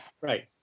right